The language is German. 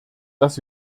dass